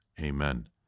Amen